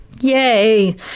Yay